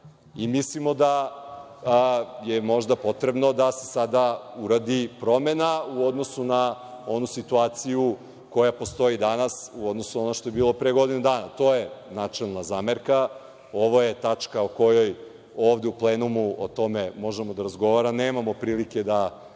Mislimo da je možda potrebno da se sada uradi promena u odnosu na onu situaciju koja postoji danas, u odnosu na ono što je bilo pre godinu dana. To je načelna zamerka. Ovo je tačka o kojoj ovde u plenumu o tome možemo da razgovaramo. Nemamo prilike da